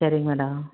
சரிங்க மேடம்